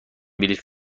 بلیط